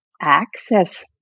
access